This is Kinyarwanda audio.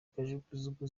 kajugujugu